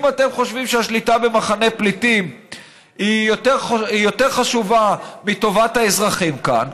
אם אתם חושבים שהשליטה במחנה פליטים היא יותר חשובה מטובת האזרחים כאן,